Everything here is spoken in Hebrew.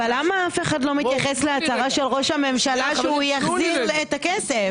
אבל למה אף אחד לא מתייחס להצהרה של ראש הממשלה שהוא יחזיר את הכסף?